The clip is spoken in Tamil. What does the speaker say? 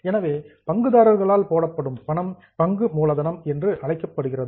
எனவே பங்குதாரர்களால் போடப்படும் பணம் பங்கு மூலதனம் என்று அழைக்கப்படுகிறது